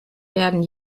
werden